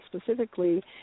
specifically